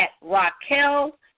Raquel